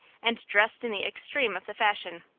and dressed in the extreme of the fashion.